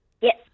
Yes